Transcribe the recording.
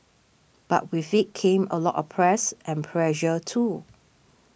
but with it came a lot of press and pressure too